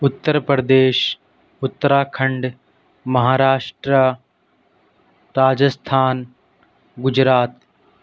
Uttar Pradesh Uttarakhand Maharashtra Rajasthan Gujarat